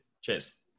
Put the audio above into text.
cheers